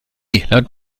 laut